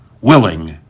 willing